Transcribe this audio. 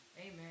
Amen